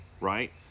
right